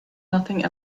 nothing